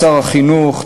שר החינוך,